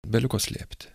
beliko slėpti